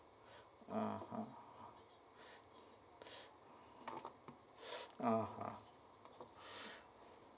(uh huh) (uh huh)